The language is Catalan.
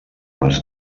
les